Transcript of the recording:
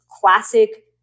classic